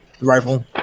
rifle